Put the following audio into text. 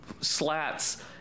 slats